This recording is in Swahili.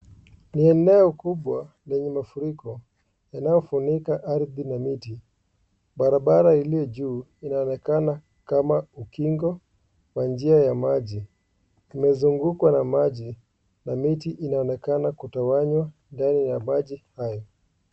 Ni eneo kubwa lenye mafuriko inayofunika ardhi na miti barabara ilio juu inaonekana kama ukingo wa njia ya maji imezungukwa na maji na miti inaonekana kutawanywa ndani ya maji hayo.